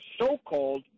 so-called